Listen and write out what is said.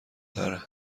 تره